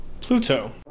Pluto